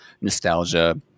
nostalgia